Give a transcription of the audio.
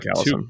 Two